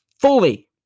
fully